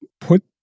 put